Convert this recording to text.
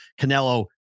Canelo